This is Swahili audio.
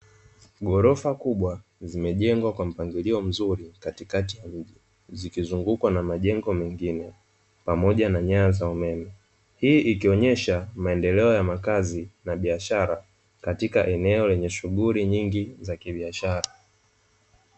Ghorofa kubwa zimejengwa kwa mpaangilio mzuri katikati ya mji zikizungukwa na nyumba, nyingine pamoja na nyaya za umeme hii ikionyesha maendeleo ya makazi pamoja na shughuli za kibiashara.